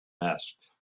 asked